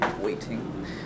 waiting